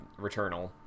Returnal